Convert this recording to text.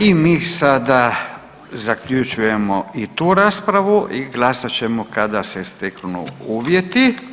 I mi sada zaključujemo i tu raspravu i glasat ćemo kada se steknu uvjeti.